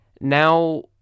now